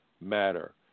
matter